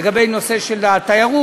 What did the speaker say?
לגבי נושא התיירות,